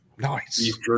Nice